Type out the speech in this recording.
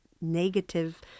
negative